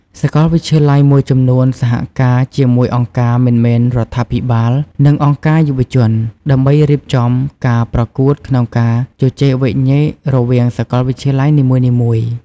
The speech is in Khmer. សាកលវិទ្យាល័យមួយចំនួនសហការជាមួយអង្គការមិនមែនរដ្ឋាភិបាល និងអង្គការយុវជន ដើម្បីរៀបចំការប្រកួតក្នុងការជជែកវែកញែករវាងសាកលវិទ្យាល័យនីមួយៗ។